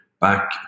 back